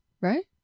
right